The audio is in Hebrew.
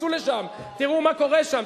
תצאו לשם ותראו מה קורה שם.